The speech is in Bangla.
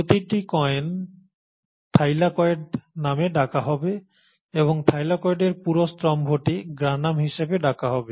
প্রতিটি কয়েনকে থাইলাকয়েড নামে ডাকা হবে এবং থাইলাকয়েডের পুরো স্তম্ভটি গ্রানাম হিসাবে ডাকা হবে